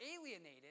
alienated